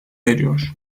eriyor